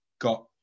got